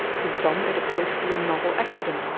to some it appears to be a novel accident,